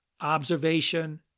Observation